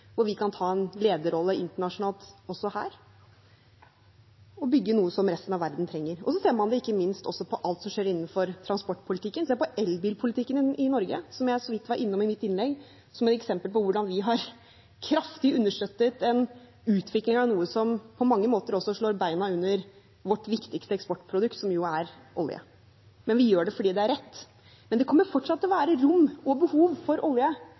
Vi kan ta en lederrolle internasjonalt også her og bygge noe som resten av verden trenger. Så ser man det ikke minst også på alt som skjer innenfor transportpolitikken. Se på elbilpolitikken i Norge, som jeg var innom i mitt innlegg, som et eksempel på hvordan vi har kraftig understøttet en utvikling av noe som på mange måter slår beina under vårt viktigste eksportprodukt, som jo er olje. Vi gjør det fordi det er rett. Men det kommer fortsatt til å være rom og behov for olje